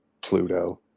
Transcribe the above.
Pluto